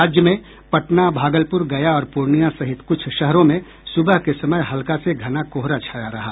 राज्य में पटना भागलपुर गया और पूर्णिया सहित कुछ शहरों में सुबह के समय हल्का से घना कोहरा छाया रहा